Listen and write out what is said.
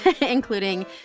including